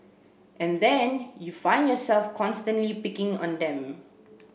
and then you find yourself constantly picking on them